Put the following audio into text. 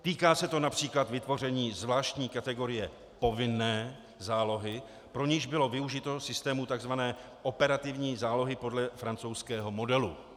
Týká se to například vytvoření zvláštní kategorie povinné zálohy, pro niž bylo využito systému takzvané operativní zálohy podle francouzského modelu.